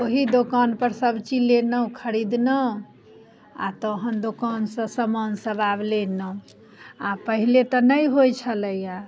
ओहि दोकानपर सबचीज लेलहुँ खरीदलहुँ आओर तहन दोकानसँ समानसब आब लेलहुँ आओर पहिले तऽ नहि होइ छलैए